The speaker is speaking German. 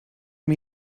mir